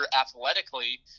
athletically